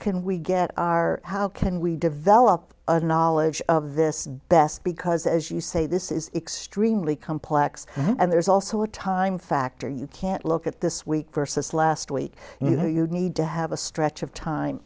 can we get our how can we develop a knowledge of this best because as you say this is extremely complex and there's also a time factor you can't look at this week versus last week and you know you need to have a stretch of time